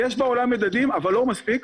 יש בעולם מדדים אבל לא מספיק.